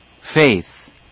faith